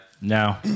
No